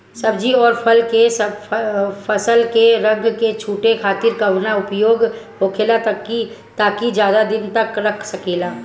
सब्जी और फल के फसल के रंग न छुटे खातिर काउन उपाय होखेला ताकि ज्यादा दिन तक रख सकिले?